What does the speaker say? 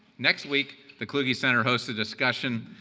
next week, the kluge center hosts a discussion